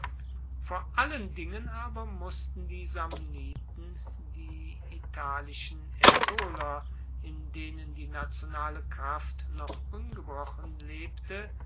vor allen dingen aber mussten die samniten die italischen aetoler in denen die nationale kraft noch ungebrochen lebte